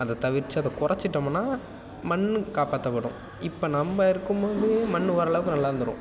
அதை தவிர்த்து அதை குறச்சிட்டோம்னா மண் காப்பாற்றப்படும் இப்போ நம்ம இருக்கும் போதே மண் ஓரளவுக்கு நல்லா வந்துடும்